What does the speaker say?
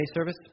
service